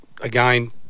again